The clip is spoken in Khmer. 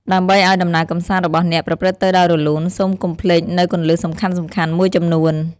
ដើម្បីឲ្យដំណើរកម្សាន្តរបស់អ្នកប្រព្រឹត្តទៅដោយរលូន សូមកុំភ្លេចនូវគន្លឹះសំខាន់ៗមួយចំនួន។